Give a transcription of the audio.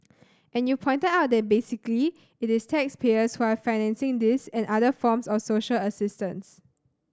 and you've pointed out that basically it is taxpayers who are financing this and other forms of social assistance